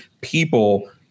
people